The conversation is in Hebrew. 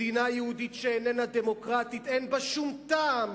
מדינה יהודית שאיננה דמוקרטית אין בה שום טעם,